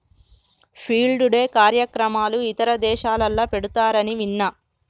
field day కార్యక్రమాలు ఇతర దేశాలల్ల పెడతారని విన్న